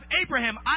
Abraham